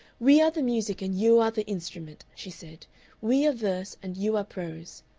we are the music and you are the instrument, she said we are verse and you are prose.